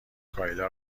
کایلا